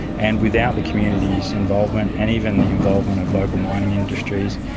and without the community's involvement and even the involvement of local mining industries,